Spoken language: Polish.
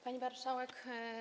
Pani Marszałek!